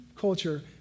culture